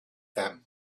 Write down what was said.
them